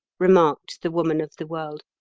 remarked the woman of the world,